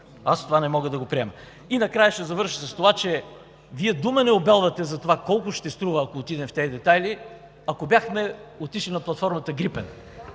Аз това не мога да го приема. Накрая ще завърша с това, че Вие дума не обелвате за това колко ще струва – ако отидем в тези детайли, ако бяхме отишли на платформата „Грипен“